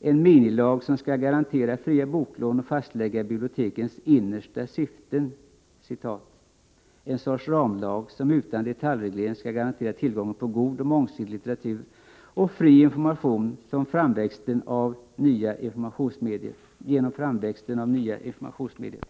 en minilag som skall garantera fria boklån och fastlägga bibliotekens ”innersta syften”; en sorts ramlag som utan detaljreglering skall garantera tillgången på god och mångsidig litteratur och fri information genom framväxten av nya informationsmedier.